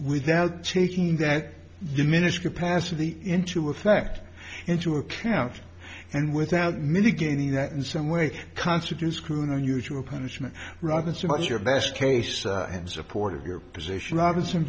without taking that diminished capacity into effect into account and without mitigating that in some way concert is cruel and unusual punishment rather so much your best case and support of your position robinson